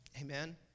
Amen